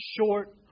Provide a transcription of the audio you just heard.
short